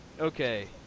Okay